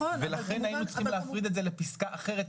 ולכן היינו צריכים להפריד את זה לפסקה אחרת,